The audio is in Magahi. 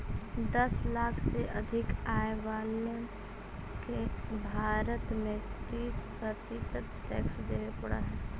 दस लाख से अधिक आय वालन के भारत में तीस प्रतिशत टैक्स देवे पड़ऽ हई